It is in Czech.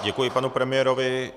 Děkuji panu premiérovi.